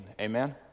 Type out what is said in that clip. Amen